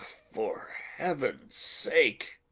for heaven's sake!